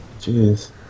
Jeez